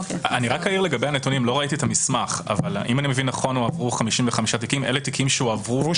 האינסטנציה היא הפרקליטות ולא תביעות.